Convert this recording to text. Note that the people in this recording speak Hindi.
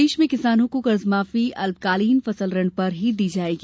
प्रदेश में किसानों को कर्ज माफी अल्पकालीन फसल ऋण पर ही दी जायेगी